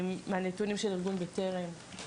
מהנתונים של ארגון ׳בטרם׳,